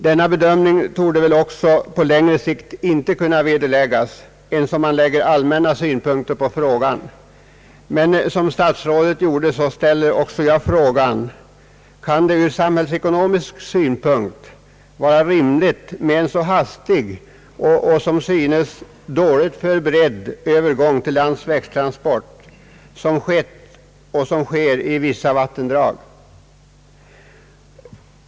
Denna bedömning torde väl också på längre sikt inte kunna vederläggas ens om man lägger allmänna synpunkter på frågan. I likhet med statsrådet ställer jag dock frågan: Kan det ur samhällsekonomisk synpunkt vara rimligt med en så hastig och som synes dåligt förberedd övergång till landsvägstransport som skett och som sker i vissa vattendrag?